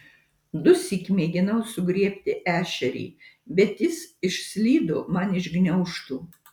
dusyk mėginau sugriebti ešerį bet jis išslydo man iš gniaužtų